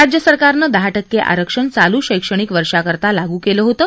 राज्यसरकारनं दहा टक्के आरक्षण चालू शैक्षणिक वर्षाकरता लागू केलं होतं